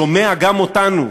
שומע גם אותנו,